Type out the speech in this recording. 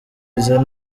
biza